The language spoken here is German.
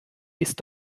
ist